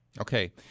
Okay